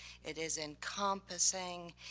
it is encompassing,